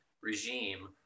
regime